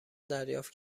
دریافت